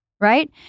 right